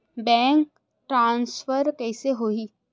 Bank transfer कइसे होही?